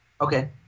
Okay